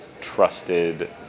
trusted